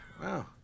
Wow